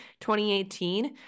2018